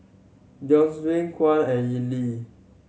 Theodocia Watt and Elie